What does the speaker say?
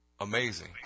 amazing